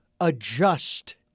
adjust